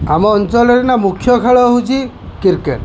ଆମ ଅଞ୍ଚଳରେ ନା ମୁଖ୍ୟ ଖେଳ ହେଉଛି କ୍ରିକେଟ୍